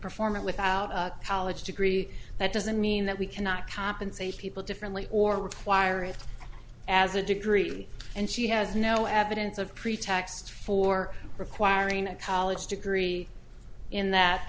perform it without apology degree that doesn't mean that we cannot compensate people differently or require it as a degree and she has no evidence of pretext for requiring collar a degree in that